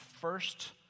first